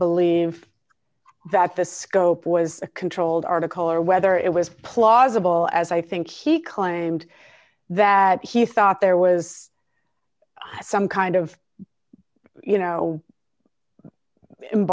believe that the scope was a controlled article or whether it was plausible as i think he claimed that he thought there was some kind of you know